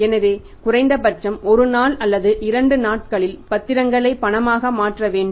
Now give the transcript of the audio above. எனவே குறைந்தபட்சம் ஒரு நாள் அல்லது 2 நாட்களில் பத்திரங்களை பணமாக மாற்ற வேண்டும்